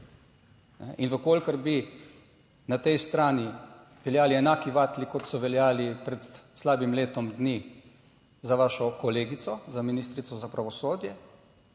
In v kolikor bi na tej strani veljali enaki vatli, kot so veljali pred slabim letom dni za vašo kolegico, za ministrico za pravosodje,